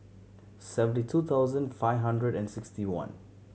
seventy two thousand five hundred and sixty one